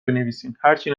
بنویسین، هرچی